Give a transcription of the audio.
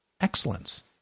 excellence